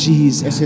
Jesus